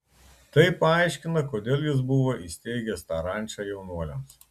tai paaiškina kodėl jis buvo įsteigęs tą rančą jaunuoliams